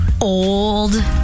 old